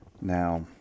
now